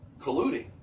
colluding